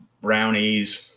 brownies